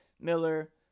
Miller